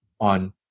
on